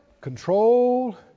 Control